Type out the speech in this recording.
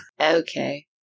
Okay